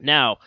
Now